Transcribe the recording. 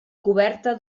coberta